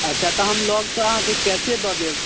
अच्छा तऽ हम लगसँ अहाँकेँ कैशे दऽ देब